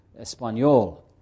espanol